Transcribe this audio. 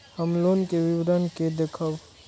हम लोन के विवरण के देखब?